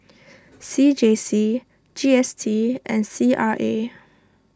C J C G S T and C R A